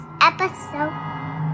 episode